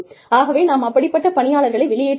ஆகவே நாம் அப்படிப்பட்ட பணியாளர்களை வெளியேற்ற வேண்டும்